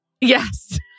Yes